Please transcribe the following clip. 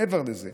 מעבר לזה,